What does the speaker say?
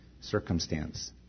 circumstance